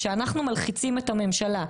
כשאנחנו מלחיצים את הממשלה,